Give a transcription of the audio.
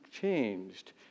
changed